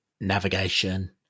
navigation